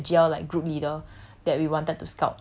G_L lah that we considered G_L like group leader